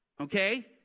okay